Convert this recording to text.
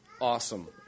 awesome